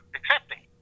accepting